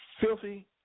filthy